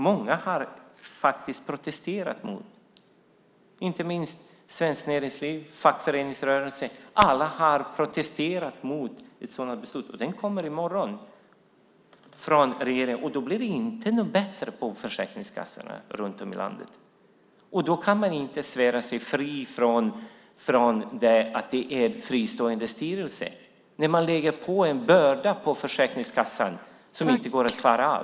Många har protesterat, inte minst Svenskt Näringsliv och fackföreningsrörelsen - alla har protesterat mot detta beslut som kommer i morgon från regeringen. Då blir det inte bättre på Försäkringskassorna runt om i landet. Ministern kan inte svära sig fri genom att säga att det är en fristående styrelse när man lägger på en börda på Försäkringskassan som inte går att klara av!